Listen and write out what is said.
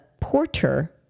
porter